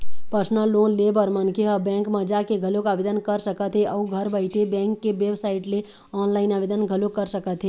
personal loan ले बर मनखे ह बेंक म जाके घलोक आवेदन कर सकत हे अउ घर बइठे बेंक के बेबसाइट ले ऑनलाईन आवेदन घलोक कर सकत हे